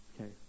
Okay